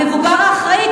המבוגר האחראי,